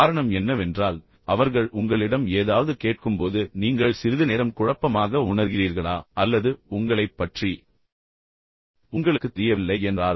காரணம் என்னவென்றால் அவர்கள் உங்களிடம் ஏதாவது கேட்கும்போது நீங்கள் சிறிது நேரம் குழப்பமாக உணர்கிறீர்களா அல்லது உங்களைப் பற்றி உங்களுக்குத் தெரியவில்லை என்றால்